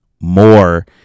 more